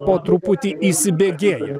po truputį įsibėgėja